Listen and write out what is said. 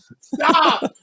Stop